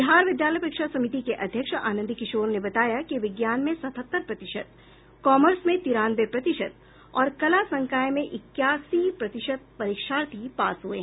बिहार विद्यालय परीक्षा समिति के अध्यक्ष आनंद किशोर ने बताया कि विज्ञान में सतहत्तर प्रतिशत कॉमर्स में तिरानवे प्रतिशत और कला संकाय में इक्यासी प्रतिशत परीक्षार्थी पास हुए हैं